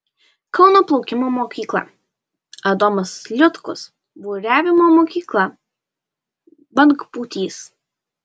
kauno plaukimo mokykla adomas liutkus buriavimo mokykla bangpūtys